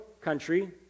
country